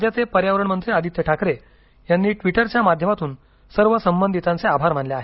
राज्याचे पर्यावरण मंत्री आदित्य ठाकरे यांनी ट्विटरच्या माध्यमातून सर्व संबंधितांचे आभार मानले आहेत